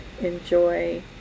Enjoy